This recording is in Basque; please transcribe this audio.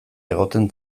egoten